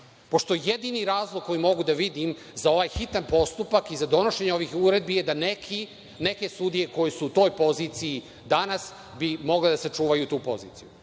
pošto jedini razlog koji mogu da vidim za ovaj hitan postupak i za donošenje ovih uredbi je da neke sudije koje su u toj poziciji danas bi mogle da sačuvaju tu poziciju? Znači,